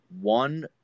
One